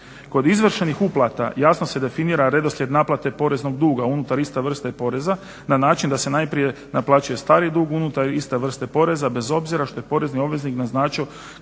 Kod izvršenih uplata jasno se definira redoslijed naplate poreznog duga unutar iste vrste poreza na način da se najprije naplaćuje stari dug unutar iste vrste poreza bez obzira što je porezni obveznik naznačio